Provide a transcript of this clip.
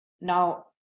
Now